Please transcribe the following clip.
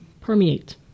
permeate